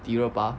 迪热巴